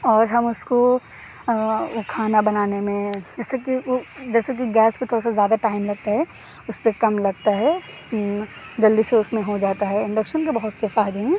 اور ہم اُس کو کھانا بنانے میں جیسے کہ وہ جیسے کہ گیس پہ تھوڑا سا زیادہ ٹائم لگتا ہے اُس پہ کم لگتا ہے جلدی سے اُس میں ہو جاتا ہے انڈکشن کے بہت سے فائدے ہیں